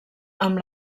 amb